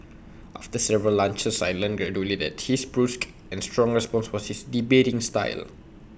after several lunches I learnt gradually that his brusque and strong response was his debating style